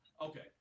okay